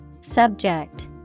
Subject